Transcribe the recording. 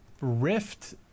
rift